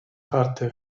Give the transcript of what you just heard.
karte